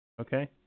Okay